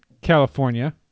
California